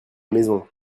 maison